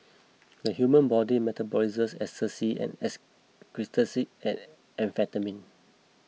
the human body metabolises ecstasy and excretes it as amphetamine